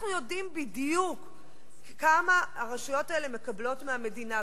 אנחנו יודעים בדיוק כמה הרשויות האלה מקבלות מהמדינה,